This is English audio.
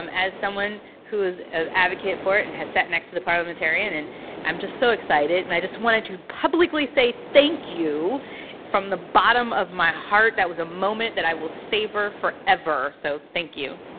um as someone who is an advocate for it and has sat next to the parliamentarian and i'm just so excited, and i just wanted to publicly say thank you from the bottom of my heart, that was a moment that i will savor forever, so thank you.